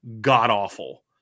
god-awful